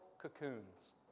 Cocoons